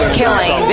killing